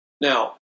Now